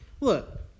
Look